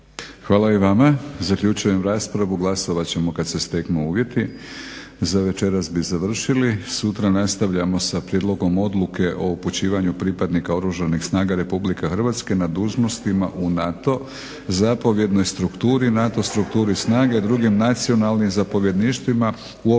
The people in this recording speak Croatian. Hvala i vama. Zaključujem raspravu. Glasovat ćemo kad se steknu uvjeti. Za večeras bi završili. Sutra nastavljamo sa Prijedlogom odluke o upućivanju pripadnika Oružanih snaga Republike Hrvatske na dužnostima u NATO zapovjednoj strukturi, NATO strukturi …, drugim nacionalnim zapovjedništvima u operacije